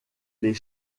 les